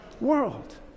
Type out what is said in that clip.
world